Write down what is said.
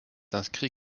inscrit